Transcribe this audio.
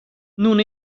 nun